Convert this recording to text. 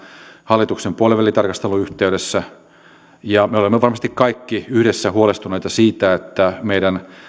hallituksen puolivälitarkastelun yhteydessä me olemme varmasti kaikki yhdessä huolestuneita siitä että meidän